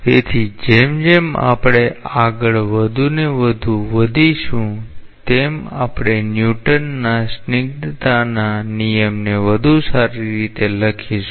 તેથી જેમ જેમ આપણે આગળ વધુને વધુ વધીશું તેમ આપણે ન્યુટનના સ્નિગ્ધતાના નિયમને વધુ સારી રીતે લખીશુ